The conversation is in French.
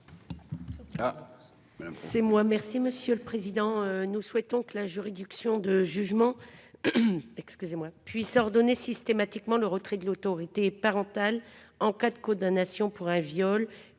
est à Mme Cathy Apourceau-Poly. Nous souhaitons que la juridiction de jugement puisse ordonner systématiquement le retrait de l'autorité parentale en cas de condamnation pour un viol